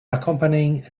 accompanying